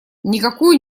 никакой